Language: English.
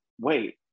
wait